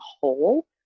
whole